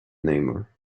namer